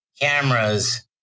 cameras